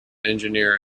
engineer